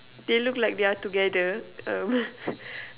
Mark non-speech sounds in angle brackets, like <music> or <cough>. they look they're together um <laughs>